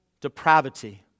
depravity